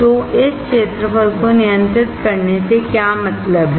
तोइस क्षेत्रफलको नियंत्रित करने से क्या मतलब है